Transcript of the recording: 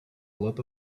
lot